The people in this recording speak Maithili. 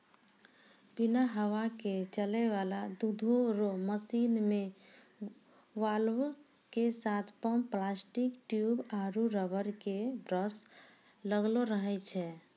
बिना हवा के चलै वाला दुधो रो मशीन मे वाल्व के साथ पम्प प्लास्टिक ट्यूब आरु रबर के ब्रस लगलो रहै छै